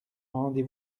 rendez